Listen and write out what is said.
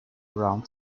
around